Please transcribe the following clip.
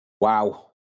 Wow